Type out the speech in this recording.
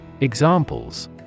Examples